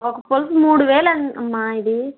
ఒక పులస మూడు వేలమ్మా ఇది